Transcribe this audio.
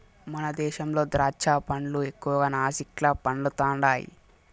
మన దేశంలో దాచ్చా పండ్లు ఎక్కువగా నాసిక్ల పండుతండాయి